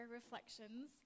reflections